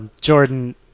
Jordan